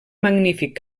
magnífic